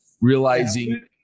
realizing